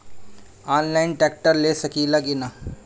Online tractor ले सकीला कि न?